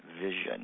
vision